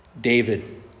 David